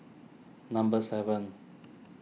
number seven